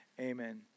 amen